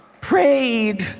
prayed